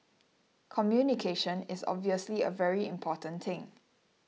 communication is obviously a very important thing